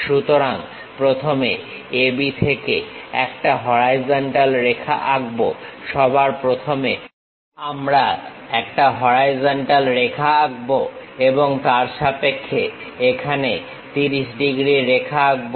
সুতরাং প্রথমে A B থেকে একটা হরাইজন্টাল রেখা আঁকবো সবার প্রথমে আমরা একটা হরাইজন্টাল রেখা আঁকবো এবং তার সাপেক্ষে এখানে 30 ডিগ্রীর রেখা আঁকবো